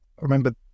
remember